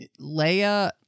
Leia